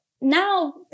now